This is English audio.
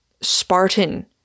Spartan